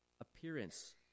appearance